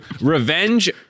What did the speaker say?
revenge